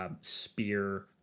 spear